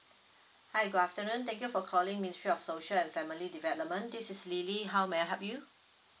hi good afternoon thank you for calling ministry of social and family development this is lily how may I help you